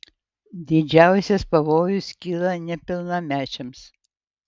didžiausias pavojus kyla nepilnamečiams